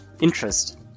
interest